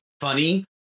funny